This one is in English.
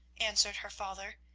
answered her father.